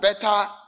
better